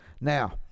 Now